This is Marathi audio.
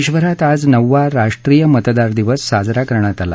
देशभरात आज नववा राष्ट्रीय मतदार दिवस साजरा करण्यात आला